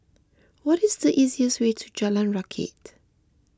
what is the easiest way to Jalan Rakit